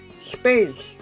space